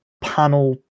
panel